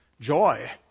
joy